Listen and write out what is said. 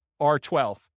R12